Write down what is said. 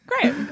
Great